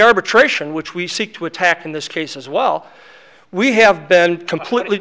arbitration which we seek to attack in this case as well we have been completely